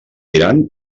iran